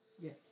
Yes